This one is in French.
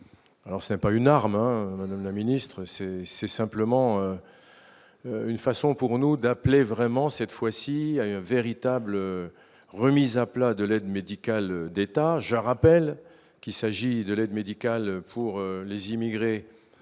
alors c'est pas une arme un madame la ministre, c'est simplement une façon pour nous d'appeler vraiment cette fois-ci, y a une un véritable remise à plat de l'aide médicale d'État, je rappelle qu'il s'agit de l'aide médicale pour les immigrés